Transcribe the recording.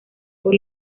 por